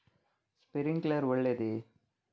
Sprinkler ಒಳ್ಳೇದೇ?